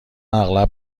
اغلب